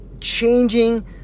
changing